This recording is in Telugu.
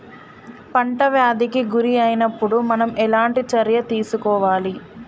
పంట వ్యాధి కి గురి అయినపుడు మనం ఎలాంటి చర్య తీసుకోవాలి?